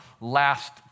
last